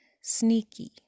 sneaky